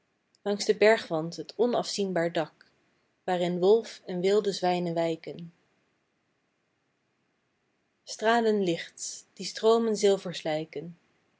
langs den bergwand t onafzienbaar dak waarin wolf en wilde zwijnen wijken stralen lichts die stroomen zilvers lijken